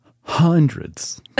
hundreds